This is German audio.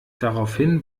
daraufhin